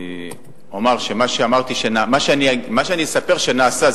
מה שאני אספר שנעשה,